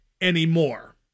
anymore